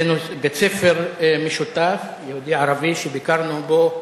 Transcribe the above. זה בית-ספר משותף יהודי ערבי שביקרנו בו,